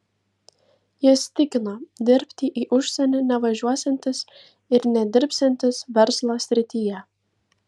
jis tikino dirbti į užsienį nevažiuosiantis ir nedirbsiantis verslo srityje